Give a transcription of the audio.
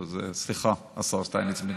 אז סליחה, השר שטייניץ.